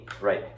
Right